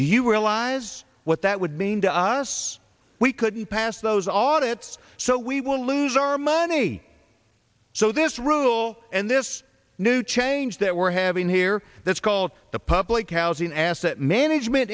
do you realize what that would mean to us we couldn't pass those audit's so we will lose our money so this rule and this new change that we're having here that's called the public housing asset management